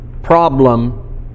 problem